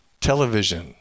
Television